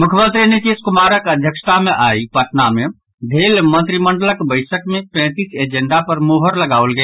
मुख्यमंत्री नीतीश कुमारक अध्यक्षता मे आई पटना मे भेल मंत्रिमंडलक बैसक मे पैंतीस एजेंडा पर मोहर लगाओल गेल